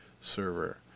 server